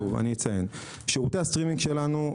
שירותי הסטרימינג שלנו,